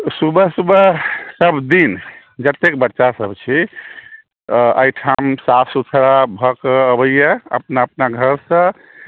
सुबह सुबह सबदिन जतेक बच्चासब छै अहिठाम साफ सुथरा भऽ कऽ अबैए अपना अपना घरसँ